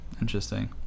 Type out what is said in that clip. Interesting